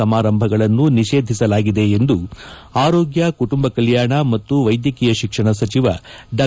ಸಮಾರಂಭಗಳನ್ನು ನಿಷೇಧಿಸಲಾಗಿದೆ ಎಂದು ಆರೋಗ್ಯ ಕುಟುಂಬ ಕಲ್ಕಾಣ ಮತ್ತು ವೈದ್ಯಕೀಯ ಶಿಕ್ಷಣ ಸಚಿವ ಡಾ